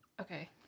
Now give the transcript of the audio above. Okay